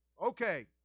Okay